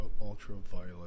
Ultraviolet